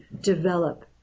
develop